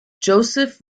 joseph